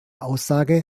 aussage